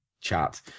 chat